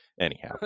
anyhow